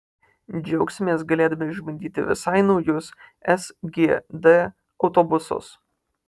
džiaugsimės galėdami išbandyti visai naujus sgd autobusus